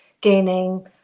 gaining